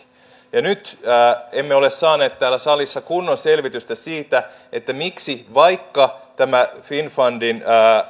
ja nyt emme ole saaneet täällä salissa kunnon selvitystä siitä siitä miksi vaikka tämä finnfundin